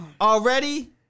already